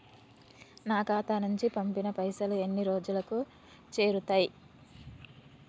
నా ఖాతా నుంచి పంపిన పైసలు ఎన్ని రోజులకు చేరుతయ్?